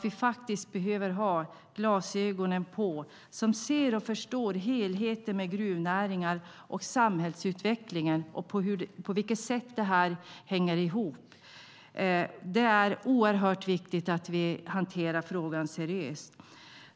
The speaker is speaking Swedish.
Vi behöver ha glasögonen på så att vi ser och förstår helheten med gruvnäringen och samhällsutvecklingen och på vilket sätt de hänger ihop. Det är oerhört viktigt att vi hanterar frågan seriöst.